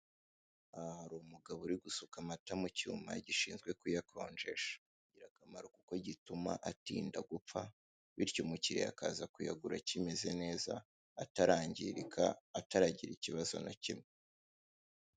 Aha hari umugabo uri gusuka amata mu cyuma gishinzwe kuyakonjesha, ni ingirakamaro kuko gituma atinda gupfa bityo umukiliya akaza kuyagura akimeze neza atarangirika ataragira ikibazo na kimwe.